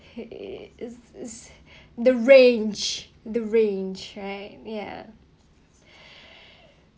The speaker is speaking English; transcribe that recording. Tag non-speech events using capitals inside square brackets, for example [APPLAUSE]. hey is is [BREATH] the range the range right ya [BREATH]